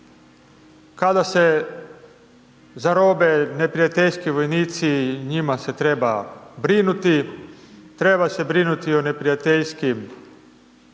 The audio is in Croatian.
kada se zarobe neprijateljski vojnici i njima se treba brinuti, treba se brinuti i o neprijateljskim,